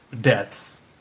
deaths